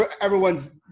everyone's